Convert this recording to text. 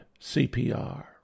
CPR